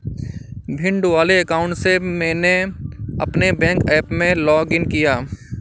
भिंड वाले अकाउंट से मैंने अपने बैंक ऐप में लॉग इन किया